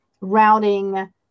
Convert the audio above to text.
routing